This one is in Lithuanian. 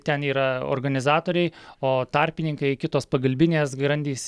ten yra organizatoriai o tarpininkai kitos pagalbinės grandys